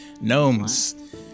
Gnomes